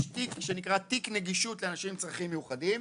יש תיק שנקרא תיק נגישות לאנשים עם צרכים מיוחדים.